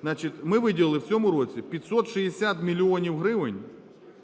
Значить, ми виділили в цьому році 560 мільйонів